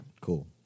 Cool